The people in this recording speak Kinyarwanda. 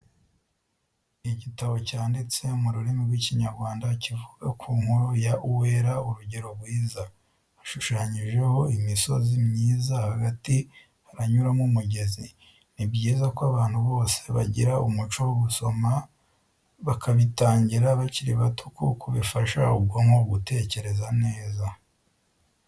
Igitabo cyanditse mu rurimi rw'Ikinyarwanda kivuga ku nkuru ya Uwera Urugero Rwiza, hashushanyijeho imisozi myiza hagati haranyuramo umugezi. Ni byiza ko abantu bose bagira umuco wo gusoma bakabitangira bakiri bito kuko bifasha ubwonko gutekereza neza.